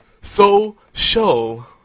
So-show